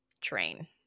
train